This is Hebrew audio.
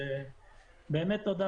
תודה.